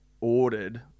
ordered